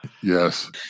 Yes